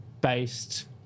based